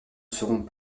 serons